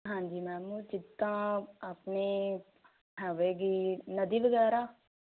ਹਾਂਜੀ ਮੈਮ ਉਹ ਜਿੱਦਾ ਆਪਣੇ ਆਵੇਗੀ ਨਦੀ ਵਗੈਰਾ